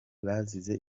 bazize